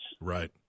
Right